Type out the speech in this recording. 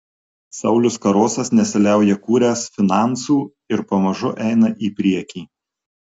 saulius karosas nesiliauja kūręs finansų ir pamažu eina į priekį